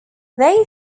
they